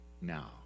now